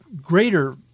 greater